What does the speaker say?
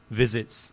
visits